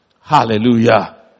Hallelujah